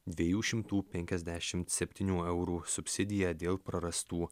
dviejų šimtų penkiasdešimt septinių eurų subsidiją dėl prarastų